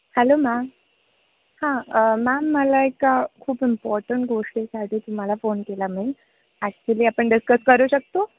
hello ma'am हां ma'am मला एका खूप इम्पॉर्टंट गोष्टीसाठी तुम्हाला फोन केला मी ॲक्च्युली आपण डिस्कस करू शकतो